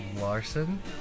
Larson